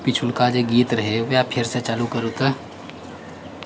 पिछुलका जे गीत रहय ओएह फेरसँ चालू करू तऽ